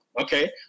okay